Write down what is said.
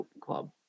Club